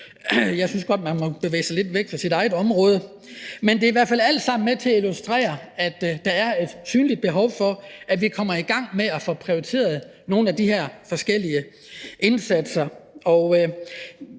jeg synes godt, at man må bevæge sig lidt væk fra sit eget område. Men det er i hvert fald alt sammen med til at illustrere, at der er et synligt behov for, at vi kommer i gang med at få prioriteret nogle af de her forskellige indsatser.